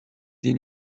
des